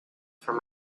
from